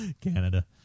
Canada